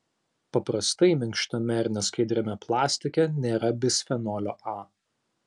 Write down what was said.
paprastai minkštame ir neskaidriame plastike nėra bisfenolio a